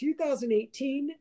2018